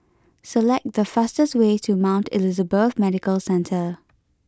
select the fastest way to Mount Elizabeth Medical Centre